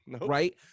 right